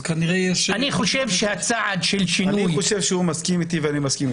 אני חושב שהוא מסכים אתי ואני מסכים אתו.